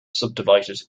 subdivided